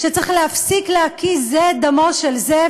שצריך להפסיק להקיז זה את דמו של זה,